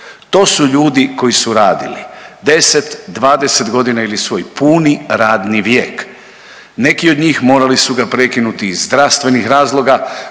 To su ljudi koji su radili 10.-20.g. ili svoj puni radni vijek. Neki od njih morali su ga prekinuti iz zdravstvenih razloga,